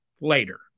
Later